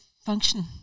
function